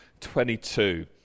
22